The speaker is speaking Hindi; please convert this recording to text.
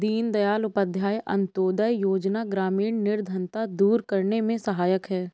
दीनदयाल उपाध्याय अंतोदय योजना ग्रामीण निर्धनता दूर करने में सहायक है